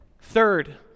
Third